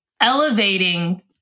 elevating